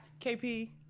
KP